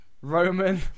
Roman